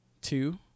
two